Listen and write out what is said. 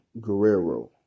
Guerrero